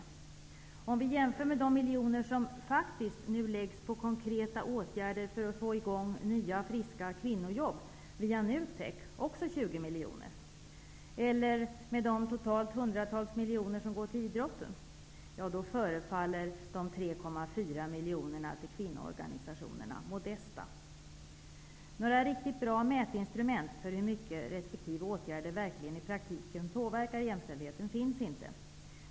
I varje fall om vi jämför med de miljoner som nu faktiskt läggs på konkreta åtgärder för att få i gång nya friska kvinnojobb via NUTEK, också 20 miljoner, eller med de totalt hundratals miljoner som går till idrotten förefaller summan 3,4 Några riktigt bra mätinstrument för att mäta hur mycket resp. åtgärd i praktiken påverkar jämställdheten finns inte.